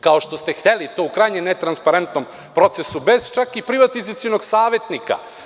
Kao što ste hteli to u krajnje ne transparentnom procesu, bez čak i privatizacionog savetnika.